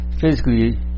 physically